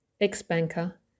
ex-banker